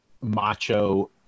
macho